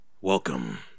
Welcome